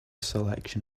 selection